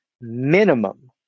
minimum